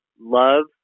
Love